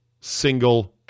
single